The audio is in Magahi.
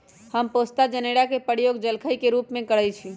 हम पोस्ता जनेरा के प्रयोग जलखइ के रूप में करइछि